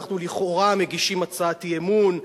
אנחנו לכאורה מגישים הצעת אי-אמון,